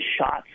shots